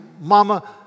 Mama